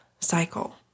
cycle